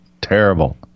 Terrible